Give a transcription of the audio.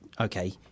okay